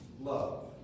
love